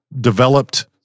developed